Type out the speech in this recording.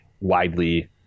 widely